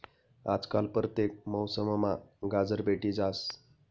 आजकाल परतेक मौसममा गाजर भेटी जास